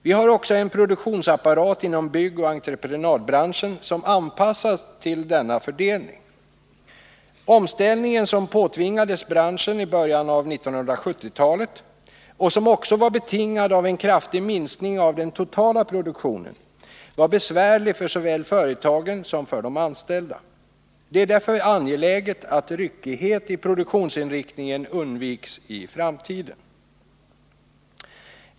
Vi har också en produktionsapparat inom byggoch entreprenadbranschen som anpassats till denna fördelning. Omställningen, som påtvingades branschen i början av 1970-talet och som också var betingad av en kraftig minskning av den totala produktionen, var besvärlig såväl för företagen som för de anställda. Det är därför angeläget att ryckighet i produktionsinriktningen undviks i framtiden.